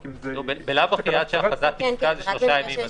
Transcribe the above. בלאו הכי עד שההכרזה תפקע זה שלושה ימים,